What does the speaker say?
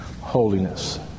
holiness